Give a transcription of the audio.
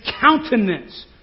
countenance